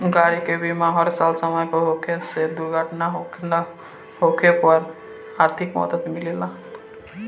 गाड़ी के बीमा हर साल समय पर होखे से दुर्घटना होखे पर आर्थिक मदद मिलेला